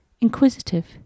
inquisitive